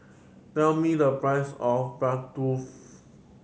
tell me the price of Bratwurst